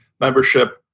membership